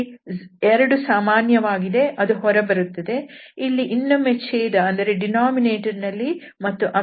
ಇಲ್ಲಿ 2 ಸಾಮಾನ್ಯವಾಗಿದೆ ಅದು ಹೊರಬರುತ್ತದೆ ಇಲ್ಲಿ ಇನ್ನೊಮ್ಮೆ ಛೇದ ದಲ್ಲಿ ಹಾಗೂ ಅಂಶ ದಲ್ಲಿ x2y2z2 ಇದೆ